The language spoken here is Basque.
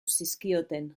zizkioten